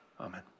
Amen